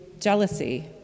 jealousy